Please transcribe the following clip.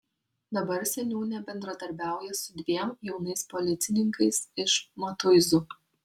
dabar seniūnė bendradarbiauja su dviem jaunais policininkais iš matuizų